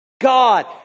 God